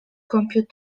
compute